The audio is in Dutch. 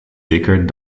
dikker